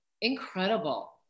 incredible